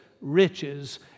riches